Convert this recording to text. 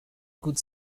good